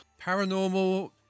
Paranormal